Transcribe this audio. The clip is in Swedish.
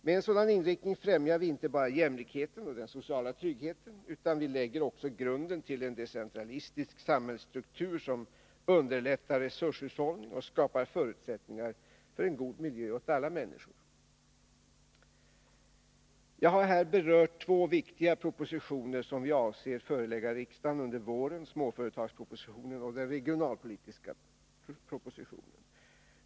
Med en sådan inriktning främjar vi inte bara jämlikheten och den sociala tryggheten, utan vi lägger också grunden till en decentralistisk samhällsstruktur som underlättar resurshushållning och skapar förutsättningar för en god miljö åt alla människor. Jag har här berört två viktiga propositioner som vi avser förelägga riksdagen under våren — småföretagspropositionen och den regionalpolitiska propositionen.